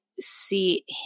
see